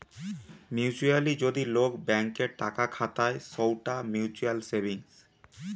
mutually যদি লোক bank এ টাকা খাতায় সৌটা মিউচুয়াল সেভিংস